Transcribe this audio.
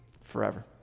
forever